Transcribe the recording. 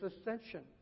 ascension